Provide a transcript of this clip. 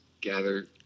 gather